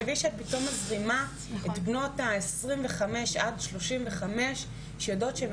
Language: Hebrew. תחשבי שאת פתאום מזמינה את בנות ה-25 עד ה-35 שיודעות שהן